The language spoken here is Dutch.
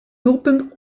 doelpunt